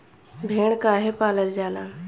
भेड़ काहे पालल जाला?